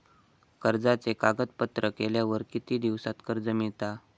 कर्जाचे कागदपत्र केल्यावर किती दिवसात कर्ज मिळता?